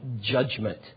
judgment